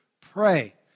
pray